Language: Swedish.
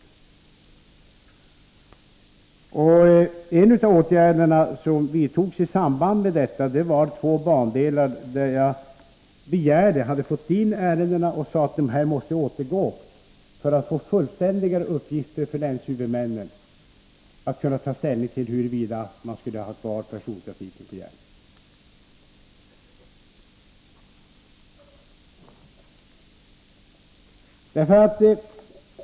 Jag vill peka på en av de åtgärder som vidtogs i samband med detta. Beträffande två bandelar hade vi vid ett tillfälle fått in handlingar, men jag sade att de måste återgå för att länshuvudmännen skulle kunna få fullständigare uppgifter, så att de skulle kunna ta ställning till huruvida persontrafiken på järnväg skulle vara kvar.